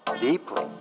deeply